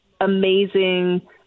amazing